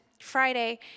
Friday